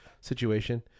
situation